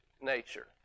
nature